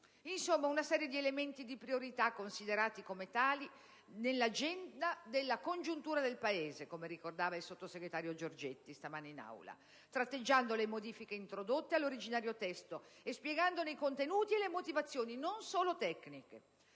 di una serie di elementi di priorità considerati come tali nell'agenda della congiuntura del Paese, come ricordava il sottosegretario Giorgetti stamane in Aula, tratteggiando le modifiche introdotte all'originario testo e spiegandone i contenuti e le motivazioni non solo tecniche.